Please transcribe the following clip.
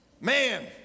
man